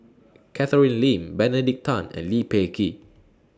Catherine Lim Benedict Tan and Lee Peh Gee